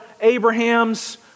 Abraham's